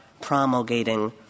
promulgating